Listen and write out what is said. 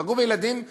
פגעו בילדים במוסדות,